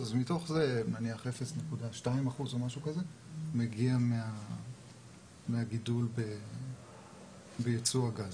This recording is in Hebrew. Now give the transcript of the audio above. אז מתוך זה נניח 0.2% או משהו כזה מגיע מהגידול ביצוא הגז.